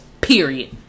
Period